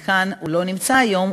הוא לא נמצא היום,